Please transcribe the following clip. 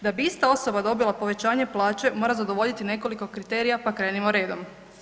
Da bi ista osoba dobila povećanje plaće, mora zadovoljiti nekoliko kriterija pa krenimo redom.